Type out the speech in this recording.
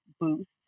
boost